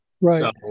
right